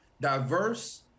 Diverse